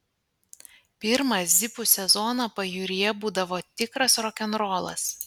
pirmą zipų sezoną pajūryje būdavo tikras rokenrolas